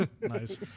Nice